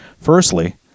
Firstly